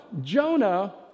Jonah